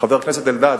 חבר הכנסת אלדד,